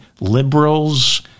liberals